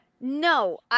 No